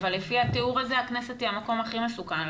אבל לפי התיאור הזה הכנסת היא המקום הכי מסוכן,